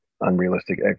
unrealistic